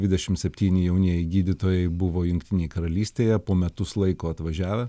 dvidešimt septyni jaunieji gydytojai buvo jungtinėj karalystėje po metus laiko atvažiavę